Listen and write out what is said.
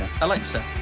Alexa